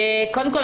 קודם כל,